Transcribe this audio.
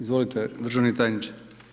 Izvolite državni tajniče.